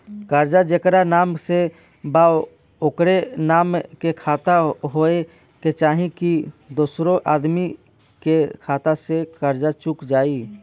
कर्जा जेकरा नाम से बा ओकरे नाम के खाता होए के चाही की दोस्रो आदमी के खाता से कर्जा चुक जाइ?